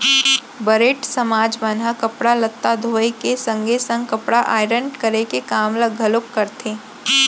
बरेठ समाज मन ह कपड़ा लत्ता धोए के संगे संग कपड़ा आयरन करे के काम ल घलोक करथे